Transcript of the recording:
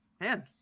man